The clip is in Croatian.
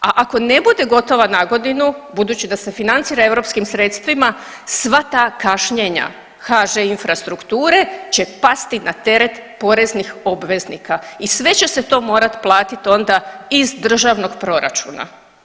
A ako ne bude gotova na godinu budući da se financira europskim sredstvima sva ta kašnjenja HŽ infrastrukture će pasti na teret poreznih obveznika i sve će se to morat platit onda iz državnog proračuna.